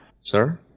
Sir